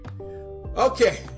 Okay